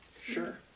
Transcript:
Sure